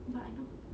but I know